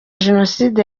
jenoside